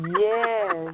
Yes